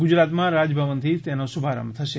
ગુજરાતમાં રાજભવનથી તેનો શુભારંભ થશે